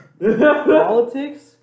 Politics